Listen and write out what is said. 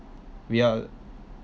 we're